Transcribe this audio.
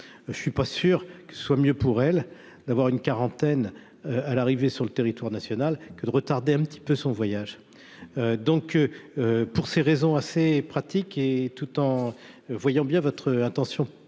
je ne suis pas sûr que ce soit mieux pour elle d'avoir une quarantaine à l'arrivée sur le territoire national que de retarder un petit peu son voyage donc pour ces raisons assez pratiques et tout en voyant bien votre intention